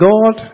God